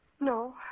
No